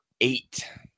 eight